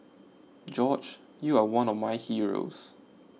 George you are one of my heroes